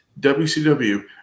WCW